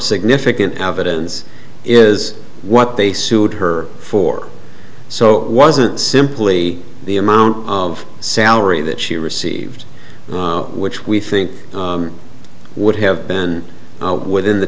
significant evidence is what they sued her for so wasn't simply the amount of salary that she received which we think would have been within the